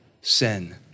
sin